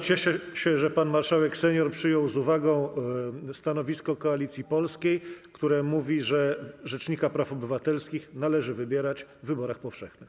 Cieszę się, że pan marszałek senior przyjął z uwagą stanowisko Koalicji Polskiej, które mówi, że rzecznika praw obywatelskich należy wybierać w wyborach powszechnych.